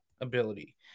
ability